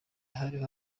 hariho